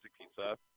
pizza